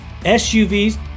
SUVs